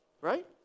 Right